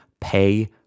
pay